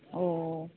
ᱚᱻ